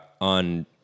on